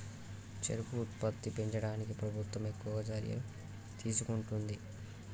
చెరుకు ఉత్పత్తి పెంచడానికి ప్రభుత్వం ఎక్కువ చర్యలు తీసుకుంటుంది